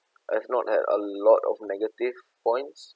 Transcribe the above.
I have not had a lot of negative points